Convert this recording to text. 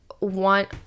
want